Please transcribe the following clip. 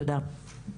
תודה.